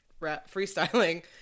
freestyling